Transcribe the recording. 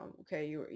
okay